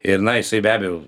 ir na jisai be abejo